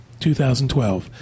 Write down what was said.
2012